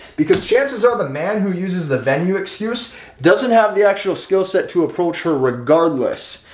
because chances are the man who uses the venue excuse doesn't have the actual skill set to approach her regardless.